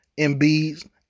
MBs